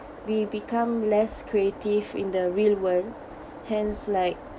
we become less creative in the real world hence like